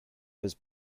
was